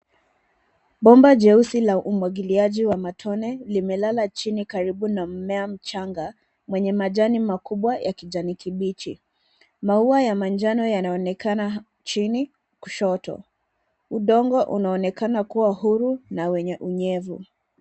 Bomba jeusi la umwagiliaji wa matone limelala chini karibu na mmea mchanga mwenye majani makubwa ya kijani kibichi. Maua ya manjano yanaonekana chini kushoto. Udongo unaonekana kuwa huru na wenye unyevu.